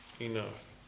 enough